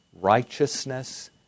righteousness